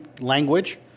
language